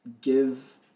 give